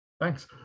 Thanks